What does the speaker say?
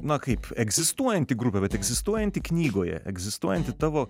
na kaip egzistuojanti grupė bet egzistuojanti knygoje egzistuojanti tavo